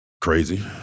Crazy